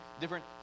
different